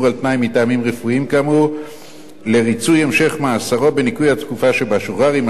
על-תנאי מטעמים רפואיים כאמור לריצוי המשך מאסרו בניכוי התקופה שבה שוחרר,